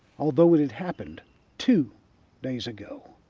although it had happened two days ago.